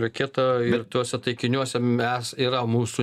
raketa ir tuose taikiniuose mes yra mūsų